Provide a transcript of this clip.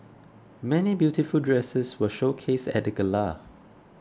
many beautiful dresses were showcased at gala